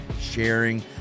sharing